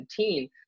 2017